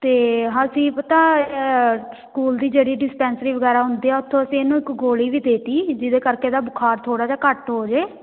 ਅਤੇ ਅਸੀਂ ਪਤਾ ਸਕੂਲ ਦੀ ਜਿਹੜੀ ਡਿਸਪੈਂਸਰੀ ਵਗੈਰਾ ਹੁੰਦੀ ਆ ਉਥੋਂ ਅਸੀਂ ਇਹਨੂੰ ਇੱਕ ਗੋਲੀ ਵੀ ਦੇ ਤੀ ਜਿਹਦੇ ਕਰਕੇ ਇਹਦਾ ਬੁਖਾਰ ਥੋੜ੍ਹਾ ਜਿਹਾ ਘੱਟ ਹੋ ਜੇ